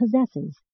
possesses